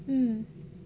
mm